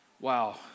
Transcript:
wow